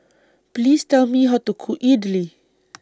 Please Tell Me How to Cook Idili